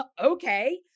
okay